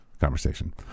conversation